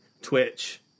Twitch